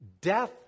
Death